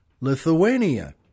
Lithuania